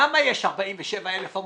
למה יש 47,000 עמותות?